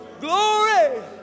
Glory